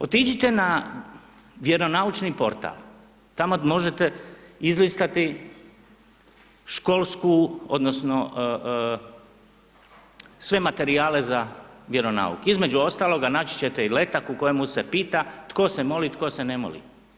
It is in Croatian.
Otiđite na Vjeronaučni portal, tamo možete izlistati školsku odnosno sve materijale za vjeronauk, između ostaloga naći ćete i letak u kojemu se pita tko se moli, tko se ne moli.